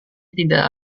tidak